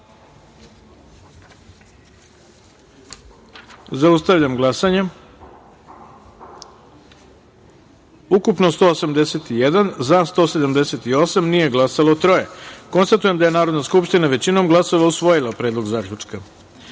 taster. Zaustavljam glasanje: ukupno 181, za – 178, nije glasalo – troje. Konstatujem da je Narodna skupština većinom glasova usvojila Predlog